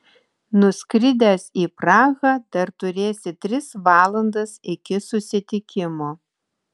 nuskridęs į prahą dar turėsi tris valandas iki susitikimo